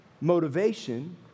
motivation